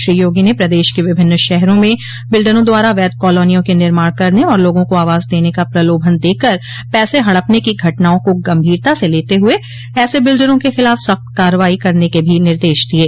श्री योगी ने प्रदेश के विभिन्न शहरों में बिल्डरों द्वारा अवैध कालोनियों के निर्माण करने और लोगों को आवास देने का प्रलोभन देकर पैसे हड़पने की घटनाओं को गंभीरता से लेते हुए ऐसे बिल्डरों क खिलाफ सख्त कार्रवाई करने के भी निर्देश दिये